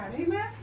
Amen